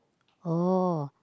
oh